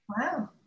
Wow